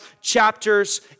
chapters